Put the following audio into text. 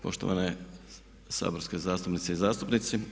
Poštovane saborske zastupnice i zastupnici.